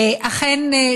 אכן,